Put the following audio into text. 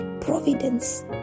providence